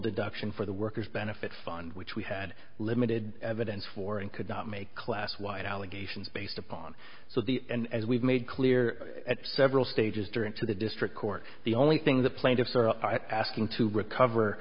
deduction for the workers benefit fund which we had limited evidence for and could not make class wide allegations based upon so the and as we've made clear at several stages during to the district court the only thing the plaintiffs are asking to recover